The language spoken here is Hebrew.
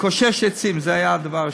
מקושש עצים, זה היה הדבר השלישי,